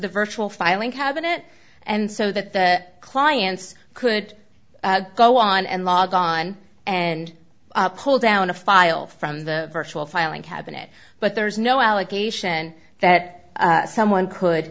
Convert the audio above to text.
the virtual filing cabinet and so that the clients could go on and log on and pull down a file from the virtual filing cabinet but there's no allegation that someone could